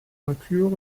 inclure